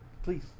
Please